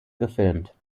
gefilmt